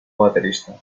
baterista